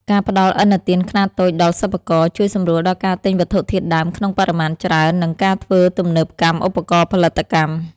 ការផ្ដល់ឥណទានខ្នាតតូចដល់សិប្បករ ជួយសម្រួលដល់ការទិញវត្ថុធាតុដើមក្នុងបរិមាណច្រើន និងការធ្វើទំនើបកម្មឧបករណ៍ផលិតកម្ម។